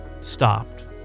stopped